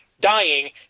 dying